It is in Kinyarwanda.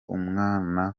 umwana